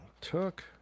took